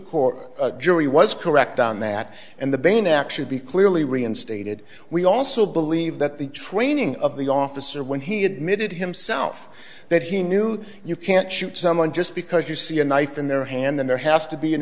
court jury was correct on that and the brain actually be clearly reinstated we also believe that the training of the officer when he admitted himself that he knew you can't shoot someone just because you see a knife in their hand and there has to be an